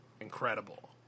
incredible